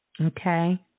Okay